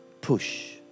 Push